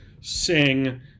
sing